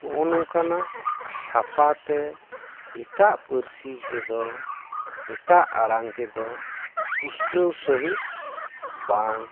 ᱱᱚᱜᱼᱚᱭ ᱱᱚᱝᱠᱟᱱᱟᱜ ᱥᱟᱯᱟᱛᱮ ᱮᱴᱟᱜ ᱯᱟᱹᱨᱥᱤ ᱛᱮᱫᱚ ᱮᱴᱟᱜ ᱟᱲᱟᱝ ᱛᱮᱫᱚ ᱯᱩᱴᱟᱹᱣ ᱥᱟᱹᱦᱤᱡ ᱵᱟᱝ